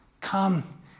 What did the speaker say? come